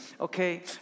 okay